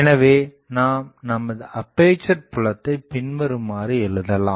எனவே நாம் நமது அப்பேசர் புலத்தை பின்வருமாறு எழுதலாம்